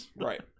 right